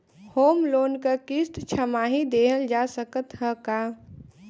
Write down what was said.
Home loan क किस्त छमाही देहल जा सकत ह का?